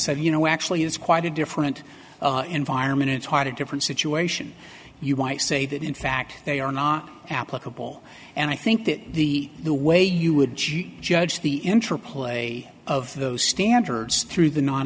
said you know actually it's quite a different environment it's hard a different situation you might say that in fact they are not applicable and i think that the the way you would judge the interplay of those standards through the non